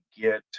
get